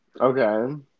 okay